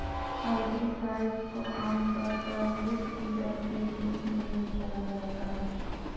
herbicides को आमतौर पर वीडकिलर के रूप में भी जाना जाता है